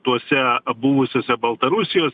tuose buvusiuose baltarusijos